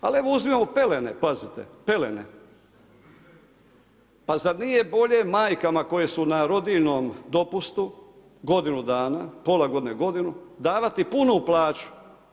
Ali uzmimo pelene pazite, pelene, pa zar nije bolje majkama koje su na rodiljnom dopustu godinu dana, pola godine, godinu, davati punu plaću?